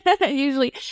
usually